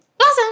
Awesome